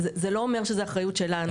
זה לא אומר שזה אחריות שלנו.